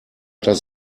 das